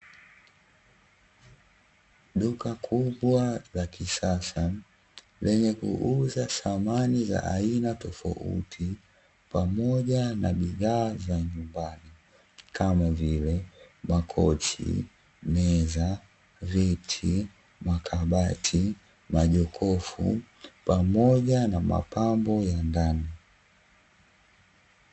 Duka kubwa la kisasa, lenye kuuza samani za aina tofauti pamoja na bidhaa za nyumbani, kama vile: makochi, meza, viti, makabati, majokofu pamoja na mapambo ya ndani.